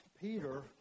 Peter